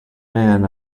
man